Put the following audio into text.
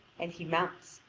and he mounts.